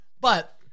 But-